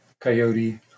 coyote